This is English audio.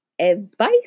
advice